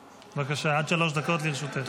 בבקשה, עד שלוש דקות לרשותך.